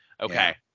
Okay